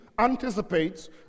anticipates